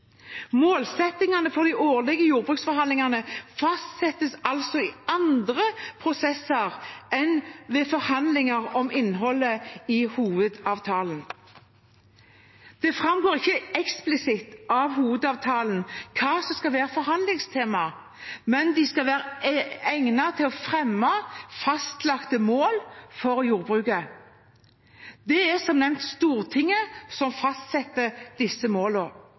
Målsettingene for de årlige jordbruksforhandlingene fastsettes altså i andre prosesser enn ved forhandlinger om innholdet i hovedavtalen. Det framgår ikke eksplisitt av hovedavtalen hva som skal være forhandlingstemaer, men de skal være egnet til å fremme fastlagte mål for jordbruket. Det er som nevnt Stortinget som fastsetter disse